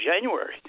January